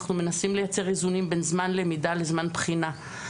אנחנו מנסים לייצר איזונים בין זמן למידה לזמן בחינה.